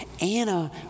Anna